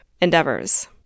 endeavors